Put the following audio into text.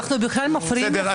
אנחנו בכלל מפריעים לך.